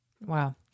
Wow